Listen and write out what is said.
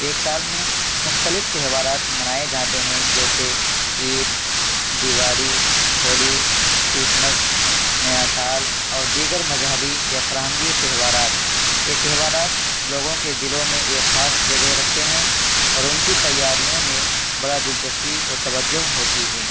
ایک سال میں مختلف تہوارات منائے جاتے ہیں جیسے عید دیوالی ہولی کرسمس نیا سال اور دیگر مذہبی یا فرہنگی تہوارات یہ تہوارات لوگوں کے دلوں میں ایک خاص جگہ رکھتے ہیں اور ان کی تیاریوں میں بڑا دلچسپی اور توجہ ہوتی ہے